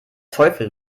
teufel